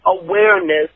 awareness